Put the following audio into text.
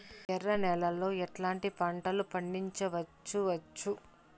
ఎర్ర నేలలో ఎట్లాంటి పంట లు పండించవచ్చు వచ్చు?